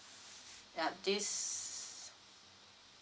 yup this